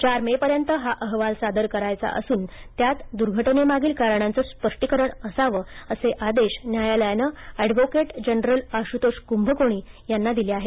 चार मे पर्यंत हा अहवाल सादर करायचा असून त्यात या दुर्घटनेमागील कारणाच स्पष्टीकरण असावं असे आदेश न्यायालयानं एडव्होकेट जनरल आशुतोष कुंभकोणी यांना दिले आहेत